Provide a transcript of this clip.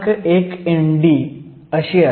1 ND असते